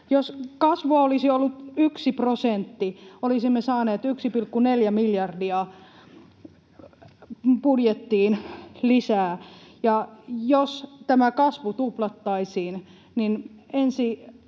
Jos kasvua olisi ollut yksi prosentti, olisimme saaneet 1,4 miljardia budjettiin lisää, ja jos tämä kasvu tuplattaisiin, niin ensi